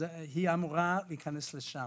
היא אמורה להיכנס לשם.